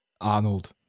arnold